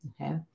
Okay